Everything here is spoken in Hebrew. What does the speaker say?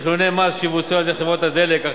לתכנוני מס שיבוצעו על-ידי חברות הדלק על